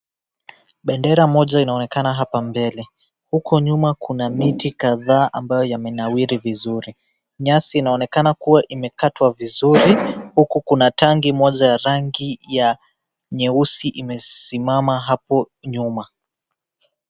Bendera moja inaonekana hapa mbele, huko nyuma kuna miti kadhaa ambayo yamenawiri vizuri, nyasi inaonekana kuwa imekatwa vizuri huku kuna tangi moja ya rangi ya nyeusi imesimama hapo nyuma.